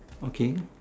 okay